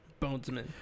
bonesman